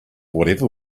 whatever